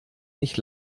nicht